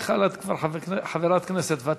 מיכל אבל כבר חברת כנסת ותיקה.